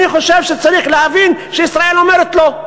אני חושב שצריך להבין שישראל אומרת לא.